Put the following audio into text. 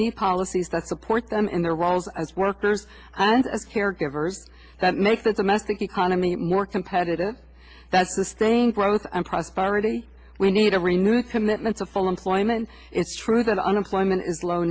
need policies that support them in their roles as workers and caregivers that make that cement think economy more competitive that's the stain growth and prosperity we need a renewed commitment to full employment it's true that unemployment is low